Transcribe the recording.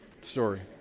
story